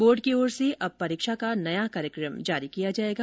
board की ओर से अब परीक्षा का नया कार्यकम जारी किया जाएगा